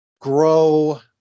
grow